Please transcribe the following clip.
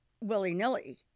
willy-nilly